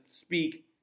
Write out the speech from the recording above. speak